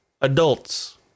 adults